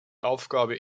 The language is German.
aufgabe